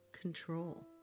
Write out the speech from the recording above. control